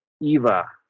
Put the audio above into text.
eva